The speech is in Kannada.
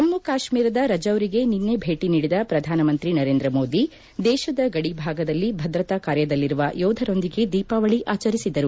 ಜಮ್ಮ ಕಾಶ್ಮೀರದ ರಜೌರಿಗೆ ನಿನ್ನೆ ಭೇಟಿ ನೀಡಿದ ಪ್ರಧಾನಮಂತ್ರಿ ನರೇಂದ್ರ ಮೋದಿ ದೇಶದ ಗಡಿ ಭಾಗದಲ್ಲಿ ಭದ್ರತಾ ಕಾರ್ಯದಲ್ಲಿರುವ ಯೋಧರೊಂದಿಗೆ ದೀಪಾವಳಿ ಆಚರಿಸಿದರು